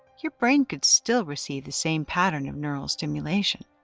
your brain could still receive the same pattern of neural stimulation,